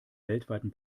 weltweiten